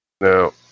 Now